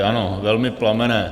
Ano, velmi plamenné.